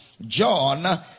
John